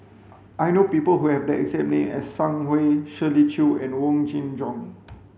I know people who have the exact name as Sang Hui Shirley Chew and Wong Kin Jong